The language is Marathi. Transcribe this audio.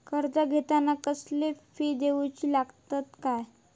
कर्ज घेताना कसले फी दिऊचे लागतत काय?